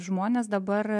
žmonės dabar